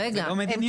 זו לא מדיניות.